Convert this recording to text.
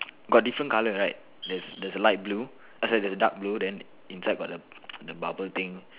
got different colour right there's there's light blue sorry sorry dark blue then inside got got the bubble thing